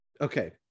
okay